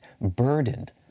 burdened